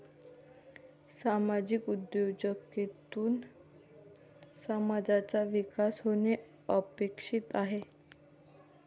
सामाजिक उद्योजकतेतून समाजाचा विकास होणे अपेक्षित आहे